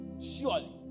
surely